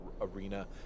arena